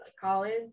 college